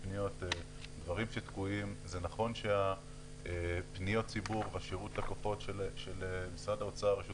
זה נכון שפניות הציבור ושירות הלקוחות של משרד האוצר ורשות